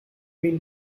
been